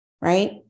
right